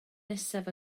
nesaf